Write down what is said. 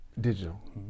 digital